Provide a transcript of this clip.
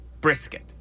Brisket